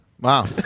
Wow